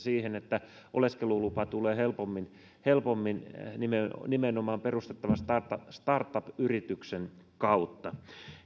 siitä että oleskelulupa tulee helpommin helpommin nimenomaan nimenomaan perustettavan startup startup yrityksen kautta